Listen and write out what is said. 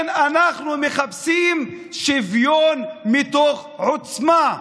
אנחנו מחפשים שוויון מתוך עוצמה,